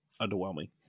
Underwhelming